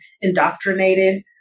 indoctrinated